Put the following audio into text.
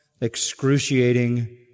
excruciating